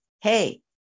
hey